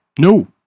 No